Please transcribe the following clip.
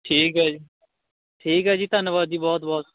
ਠੀਕ ਹੈ ਜੀ ਠੀਕ ਹੈ ਜੀ ਧੰਨਵਾਦ ਜੀ ਬਹੁਤ ਬਹੁਤ